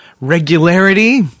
regularity